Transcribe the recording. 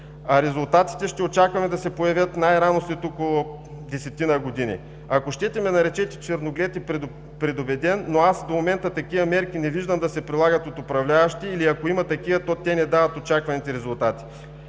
а резултатите ще очакваме да се появят най-рано след около десетина години. Ако щете ме наречете черноглед и предубеден, но аз до момента не виждам такива мерки да се прилагат от управляващите, или ако има такива, то те не дават очакваните резултати.